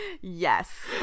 Yes